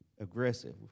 Aggressive